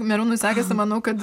merūnui sekasi manau kad